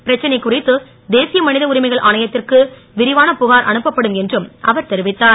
பிரச்சனை குறித்து தேசிய ம த உரிமைகள் ஆணையத் ற்கு விரிவான புகார் அனுப்பப்படும் என்றும் அவர் தெரிவித்தார்